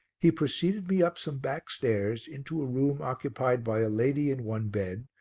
he preceded me up some back stairs into a room occupied by a lady in one bed,